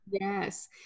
yes